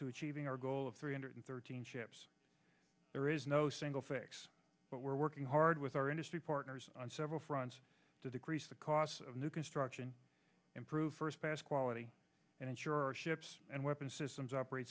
to achieving our goal of three hundred thirteen ships there is no single fix but we're working hard with our industry partners on several fronts to decrease the costs of new construction improve first pass quality and ensure are ships and weapons systems operate